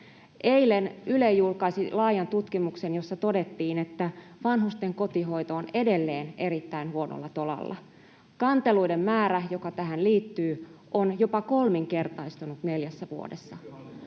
Eilen Yle julkaisi laajan tutkimuksen, jossa todettiin, että vanhusten kotihoito on edelleen erittäin huonolla tolalla: kanteluiden määrä, joka tähän liittyy, on jopa kolminkertaistunut neljässä vuodessa.